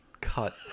cut